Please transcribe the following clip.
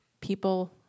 people